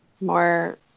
more